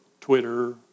Twitter